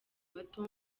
bato